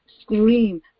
scream